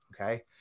Okay